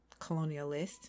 colonialist